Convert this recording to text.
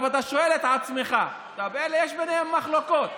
אתה שואל את עצמך: יש ביניהם מחלוקות,